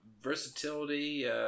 versatility